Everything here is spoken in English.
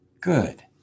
good